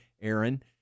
Aaron